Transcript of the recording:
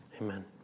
Amen